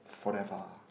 forever